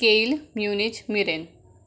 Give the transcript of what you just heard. कील Munich Mirren